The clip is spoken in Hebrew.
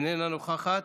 איננה נוכחת.